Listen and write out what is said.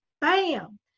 Bam